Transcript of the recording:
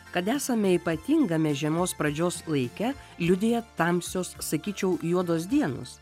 kad esame ypatingame žiemos pradžios laike liudija tamsios sakyčiau juodos dienos